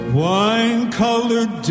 wine-colored